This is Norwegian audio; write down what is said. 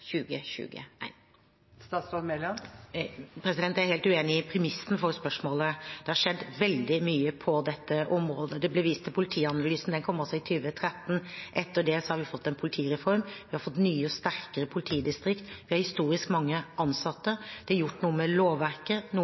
Jeg er helt uenig i premissen for spørsmålet. Det har skjedd veldig mye på dette området. Det ble vist til Politianalysen, den kom i 2013. Etter det har vi fått en politireform, vi har fått nye og sterkere politidistrikt, vi har historisk mange ansatte, det er gjort noe med lovverket og noe